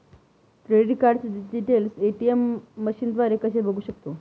Credit कार्डचे details ATM मशीनद्वारे कसे बघू शकतो?